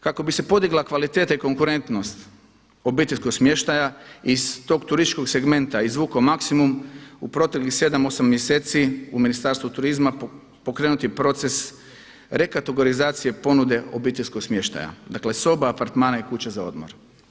Kako bi se podigla kvaliteta i konkurentnost obiteljskog smještaja iz tog turističkog segmenta izvukao maksimum u proteklih 7, 8 mjeseci u Ministarstvu turizma pokrenut je proces rekategorizacije ponude obiteljskog smještaja dakle, soba, apartmana i kuća za odmor.